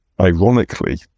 Ironically